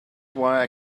wire